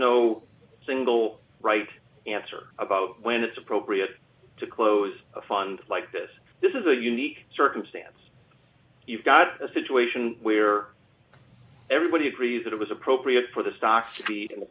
no single right answer about when it's appropriate to close a fund like this this is a unique circumstance you've got a situation where everybody agrees that it was appropriate for the stocks to be